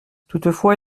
toutefois